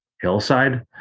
hillside